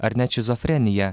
ar net šizofreniją